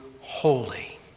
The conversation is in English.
holy